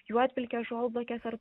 juodpelkio žolblakes ar